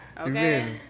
Okay